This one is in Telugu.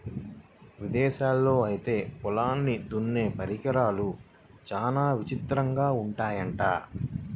ఇదేశాల్లో ఐతే పొలాల్ని దున్నే పరికరాలు చానా విచిత్రంగా ఉంటయ్యంట